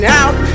out